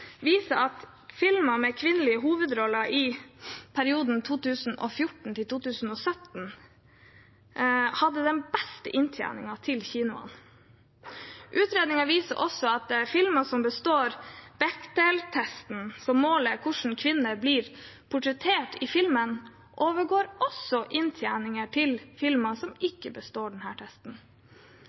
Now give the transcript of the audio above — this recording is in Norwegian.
viser at filmer med kvinnelige hovedroller i perioden 2014–2017 hadde den beste inntjeningen til kinoene. Utredningen viser også at filmer som består Bechdel-testen, som måler hvordan kvinner blir portrettert i en film, overgår inntjeningen til filmer som ikke består denne testen.